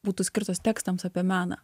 būtų skirtos tekstams apie meną